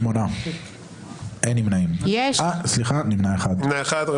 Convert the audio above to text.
9 נמנעים, 1 לא אושרה.